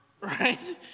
right